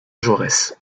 jaurès